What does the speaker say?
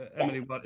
Emily